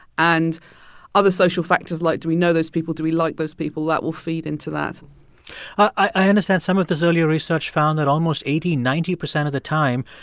and other social factors like do we know those people, do we like those people, that will feed into that i understand some of the earlier research found that almost eighty, ninety percent of the time,